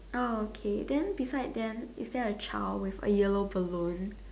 oh okay then beside them is there a child with a yellow balloon